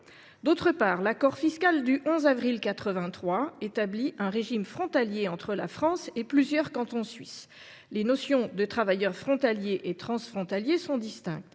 D’autre part, l’accord fiscal du 11 avril 1983 établit un régime frontalier entre la France et plusieurs cantons suisses. Les notions de travailleur frontalier et transfrontalier sont en effet distinctes.